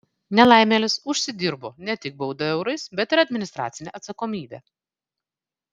nelaimėlis užsidirbo ne tik baudą eurais bet ir administracinę atsakomybę